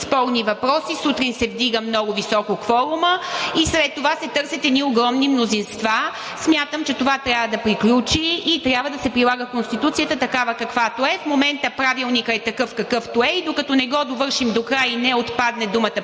спорни въпроси сутрин се вдига много високо кворумът и след това се търсят едни огромни мнозинства. Смятам, че това трябва да приключи и трябва да се прилага Конституцията, такава каквато е. В момента Правилникът е такъв, какъвто е, и докато не го довършим докрай и не отпадне думата